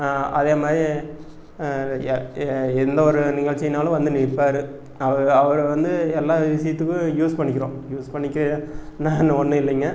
அதே மாதிரி எந்த ஒரு நிகழ்ச்சினாலும் வந்து நிற்பாரு அவர் அவர் வந்து எல்லா விஷயத்துக்கும் யூஸ் பண்ணிக்கிறோம் யூஸ் பண்ணிக்க ஒன்றும் இல்லைங்க